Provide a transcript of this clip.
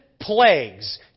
plagues